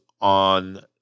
on